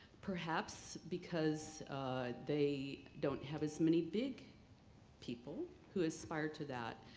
perhaps because they don't have as many big people who aspire to that.